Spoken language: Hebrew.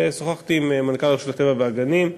ושוחחתי עם מנכ"ל רשות הטבע והגנים.